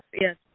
Yes